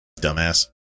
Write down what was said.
Dumbass